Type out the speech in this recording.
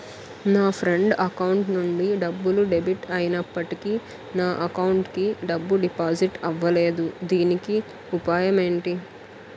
నా friend account నుండి డబ్బు డెబిట్ అయినప్పటికీ నా అకౌంట్ కి డబ్బు డిపాజిట్ అవ్వలేదుదీనికి ఉపాయం ఎంటి?